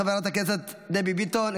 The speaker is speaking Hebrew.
חברת הכנסת דבי ביטון,